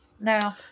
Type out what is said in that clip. no